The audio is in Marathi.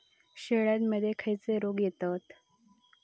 शेळ्यामध्ये खैचे रोग येतत?